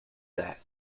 that